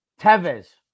Tevez